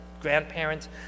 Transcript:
grandparents